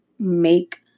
Make